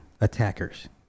attackers